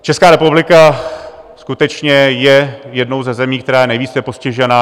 Česká republika skutečně je jednou ze zemí, která je nejvíce postižená.